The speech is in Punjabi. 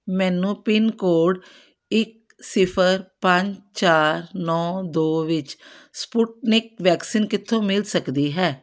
ਮੈਨੂੰ ਪਿੰਨ ਕੋਡ ਇੱਕ ਸਿਫਰ ਪੰਜ ਚਾਰ ਨੌਂ ਦੋ ਵਿੱਚ ਸਪੁਟਨਿਕ ਵੈਕਸੀਨ ਕਿੱਥੋਂ ਮਿਲ ਸਕਦੀ ਹੈ